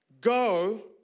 go